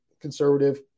conservative